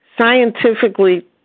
scientifically